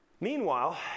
Meanwhile